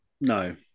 no